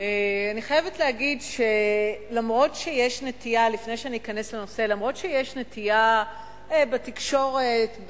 שאף-על-פי שיש נטייה בתקשורת,